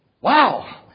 Wow